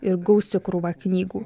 ir gausi krūvą knygų